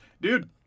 Dude